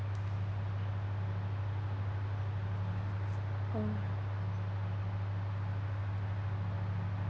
oh